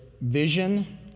vision